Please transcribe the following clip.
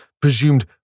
presumed